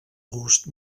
gust